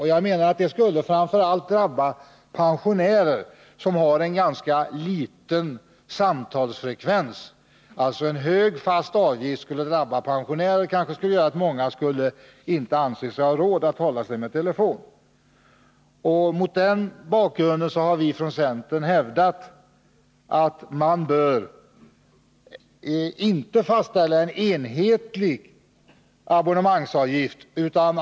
En hög fast avgift skulle framför allt drabba pensionärer, som har en ganska liten samtalsfrekvens. Det kanske t.o.m. skulle medföra att många av dem inte skulle anse sig ha råd med telefon. Mot denna bakgrund har vi från centern hävdat att det inte bör fastställas en enhetlig abonnemangsavgift.